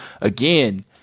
Again